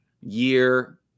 year